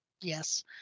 Yes